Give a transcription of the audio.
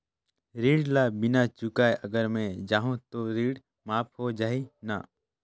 ऋण ला बिना चुकाय अगर मै जाहूं तो ऋण माफ हो जाही न?